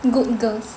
Good Girls